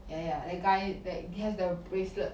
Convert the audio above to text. yeah yeah that guy that has the bracelet